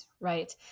Right